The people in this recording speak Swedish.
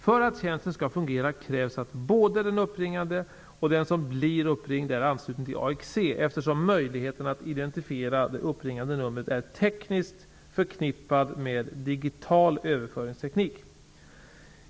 För att tjänsten skall fungera krävs att både den uppringande och den som blir uppringd är ansluten till AXE eftersom möjligheten att identifiera det uppringande numret är tekniskt förknippad med digital överföringsteknik.